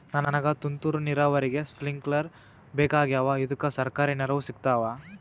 ನನಗ ತುಂತೂರು ನೀರಾವರಿಗೆ ಸ್ಪಿಂಕ್ಲರ ಬೇಕಾಗ್ಯಾವ ಇದುಕ ಸರ್ಕಾರಿ ನೆರವು ಸಿಗತ್ತಾವ?